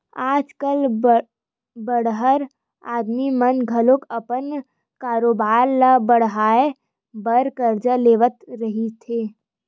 आज कल बड़हर आदमी मन घलो अपन कारोबार ल बड़हाय बर करजा लेवत रहिथे